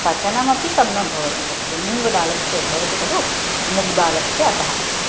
पचनमपि सम्यक् भवति तस्य मूङ्ग्दालस्य भवति खलु मुग्दालस्य अतः